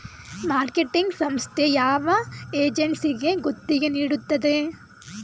Marketing ಸಂಸ್ಥೆ ಯಾವ ಏಜೆನ್ಸಿಗೆ ಗುತ್ತಿಗೆ ನೀಡುತ್ತದೆ?